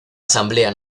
asamblea